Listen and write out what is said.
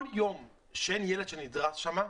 כל יום שאין ילד שנדרס שם,